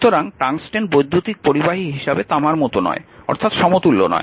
সুতরাং টাংস্টেন বৈদ্যুতিক পরিবাহী হিসাবে তামার মতো নয় অর্থাৎ সমতুল্য নয়